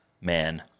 man